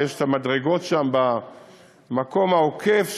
ויש המדרגות שם במקום העוקף,